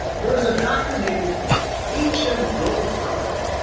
there was a doctor named h. m. guilford,